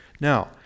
Now